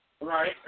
right